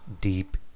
deep